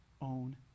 own